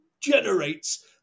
generates